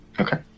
Okay